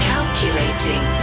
Calculating